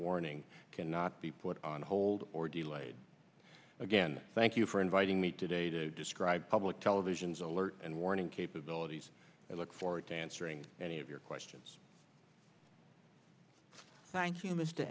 warning cannot be put on hold or delayed again thank you for inviting me today to describe public television's alert and warning capabilities i look forward to answering any of your questions